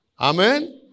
Amen